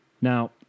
Now